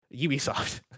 Ubisoft